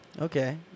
okay